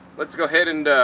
let's go ahead and,